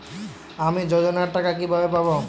আমি যোজনার টাকা কিভাবে পাবো?